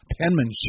penmanship